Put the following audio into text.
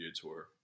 Tour